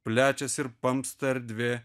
plečias ir pampsta erdvė